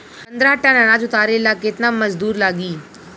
पन्द्रह टन अनाज उतारे ला केतना मजदूर लागी?